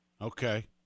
Okay